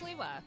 Sliwa